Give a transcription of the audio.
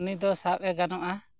ᱩᱱᱤ ᱫᱚ ᱥᱟᱵᱽ ᱮ ᱜᱟᱱᱚᱜᱼᱟ